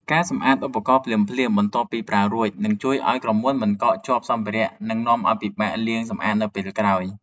ការសម្អាតឧបករណ៍ភ្លាមៗបន្ទាប់ពីប្រើរួច នឹងជួយឱ្យក្រមួនមិនកកជាប់សម្ភារ: ដែលនាំឱ្យពិបាកលាងសម្អាតនៅពេលក្រោយ។